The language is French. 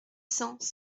cents